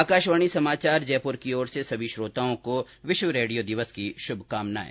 आकाशवाणी समाचार जयपुर की ओर से सभी श्रोताओं को विश्व रेडियो दिवस की शुभकामनाएं